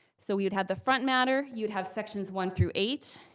so we'd have the front matter, you would have sections one through eight.